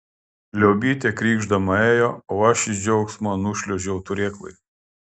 liobytė krykšdama ėjo o aš iš džiaugsmo nušliuožiau turėklais